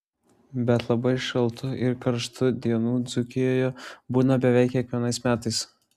bet labai šaltų ir karštų dienų dzūkijoje būna beveik kiekvienais metais